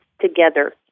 together